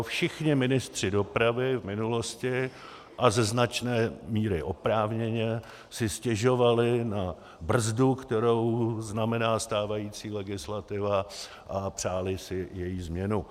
Všichni ministři dopravy v minulosti, a ze značné míry oprávněně, si stěžovali na brzdu, kterou znamená stávající legislativa, a přáli si její změnu.